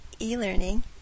e-learning